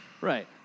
Right